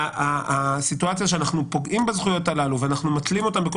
הקניין והסיטואציה שאנחנו פוגעים בזכויות הללו ואנחנו מתלים אותם בכל